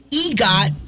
egot